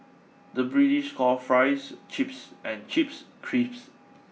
the British calls fries chips and chips crisps